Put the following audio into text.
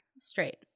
straight